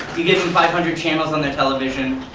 you give them five hundred channels on their television,